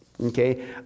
okay